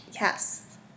Yes